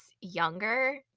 younger